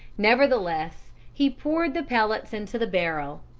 nevertheless, he poured the pellets into the barrel.